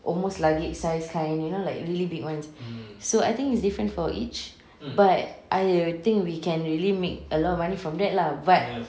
almost luggage size kind you know like really big ones so I think is different for each but I think we can really make a lot of money from there lah but